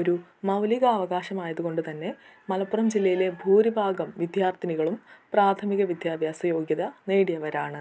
ഒരു മൗലിക അവകാശമായത് കൊണ്ട് തന്നെ മലപ്പുറം ജില്ലയിലെ ഭൂരിഭാഗം വിദ്യാർഥിനികളും പ്രാഥമിക വിദ്യാഭ്യാസ യോഗ്യത നേടിയവരാണ്